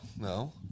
no